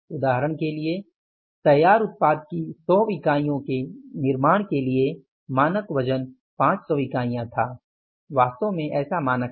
उदाहरण के लिए तैयार उत्पाद की 100 इकाइयों के निर्माण के लिए मानक वजन 500 इकाइयाँ था वास्तव में ऐसा मानक है